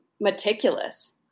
meticulous